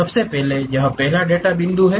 सबसे पहले यह पहला डेटा बिंदु है